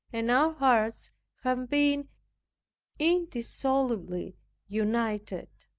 and our hearts have been indissolubly united.